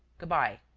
good-bye.